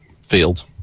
field